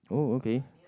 oh okay